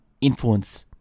Influence